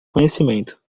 conhecimento